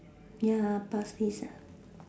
ya pass this ah